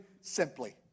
simply